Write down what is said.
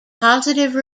positive